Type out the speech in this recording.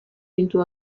into